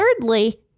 thirdly